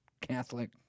Catholic